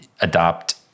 adopt